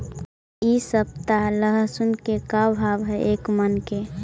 इ सप्ताह लहसुन के का भाव है एक मन के?